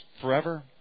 forever